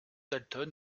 dalton